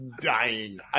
dying